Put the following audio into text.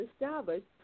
established